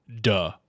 Duh